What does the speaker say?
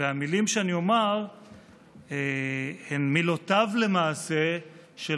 והמילים שאני אומר הן למעשה מילותיו של